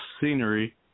scenery